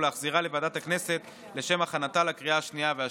ולהחזירה לוועדת הכנסת לשם הכנתה לקריאה השנייה והשלישית.